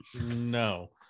No